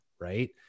right